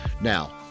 Now